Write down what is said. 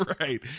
Right